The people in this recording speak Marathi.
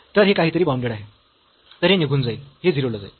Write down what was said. तर हे काहीतरी बाऊंडेड आहे तर हे निघून जाईल हे 0 ला जाईल